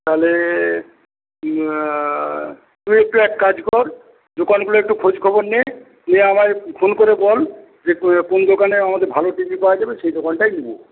তাহলে তুই একটু এক কাজ কর দোকানগুলো একটু খোঁজখবর নে নিয়ে আমায় ফোন করে বল যে কোন দোকানে আমাদের ভালো টিভি পাওয়া যাবে সেই দোকানটাই নেব